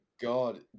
God